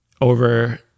over